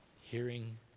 hearing